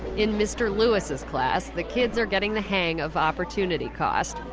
in mr. lewis's class, the kids are getting the hang of opportunity cost.